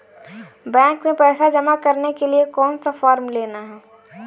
Bank में पैसा जमा करने के लिए कौन सा फॉर्म लेना है?